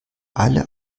alle